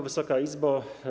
Wysoka Izbo!